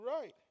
right